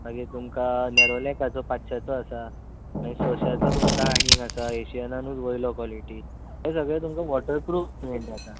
मागीर तुमकां नेरोलॅकाचो पांचशांचो आसा मागीर संयशांचो तुमकां आनीक आसा ऐशियनानुच वयलो कॉलिटी हे सगळे तुमकां वॉटर प्रुफ पेंट आसा